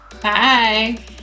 Bye